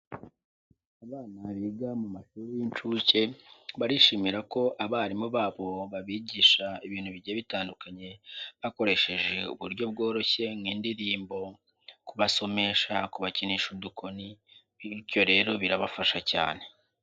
Abana biga mu mashuri y'inshuke barishimira ko abarimu babo babigisha ibintu bigiye bitandukanye, bakoresheje uburyo bworoshye nk'indirimbo, kubasomesha, kubakinisha udukoni, bityo rero birabafasha cyane.